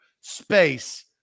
space